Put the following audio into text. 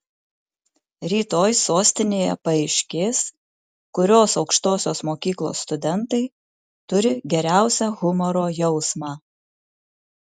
rytoj sostinėje paaiškės kurios aukštosios mokyklos studentai turi geriausią humoro jausmą